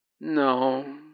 No